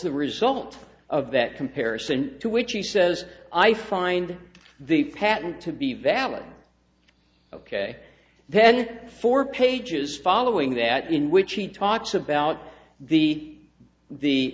the result of that comparison to which he says i find the patent to be valid ok then four pages following that in which he talks about the the